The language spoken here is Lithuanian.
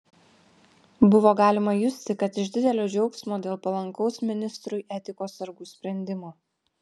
buvo galima justi kad iš didelio džiaugsmo dėl palankaus ministrui etikos sargų sprendimo